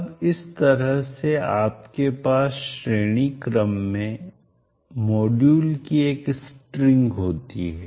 अब इस तरह से आपके पास श्रेणी क्रम में मॉड्यूल की एक स्ट्रिंग हो सकती है